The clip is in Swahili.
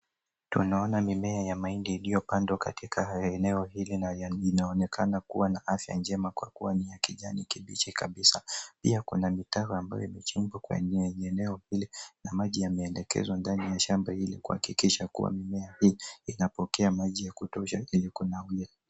Tunaona mimea ya mahindi iliyopandwa katika eneo hili na inaonekana kuwa na afya njema kwa kuwa ni ya kijani kibichi kabisa. Pia kuna mitaro ambayo imechimbwa kwenye eneo hili na maji yameelekezwa ndani ya shamba hili kuhakikisha kuwa mimea hii inapokea maji ya kutosha ili kunawiri.